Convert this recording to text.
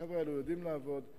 החבר'ה האלה יודעים לעבוד,